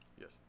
yes